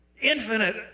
infinite